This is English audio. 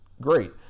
great